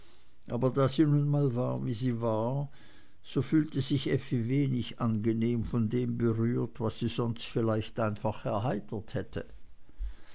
aber da sie nun mal war wie sie war so fühlte sich effi wenig angenehm von dem berührt was sie sonst vielleicht einfach erheitert hätte